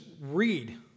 read